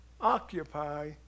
Occupy